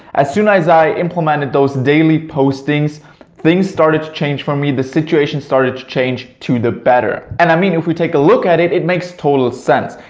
as soon as i implemented those daily postings things started to change for me, the situation started to change to the better. and i mean if we take a look at it it makes total sense.